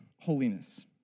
holiness